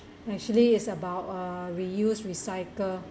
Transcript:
actually is about uh reuse recycle